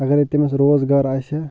اگرے تٔمِس روزگار آسہِ ہہ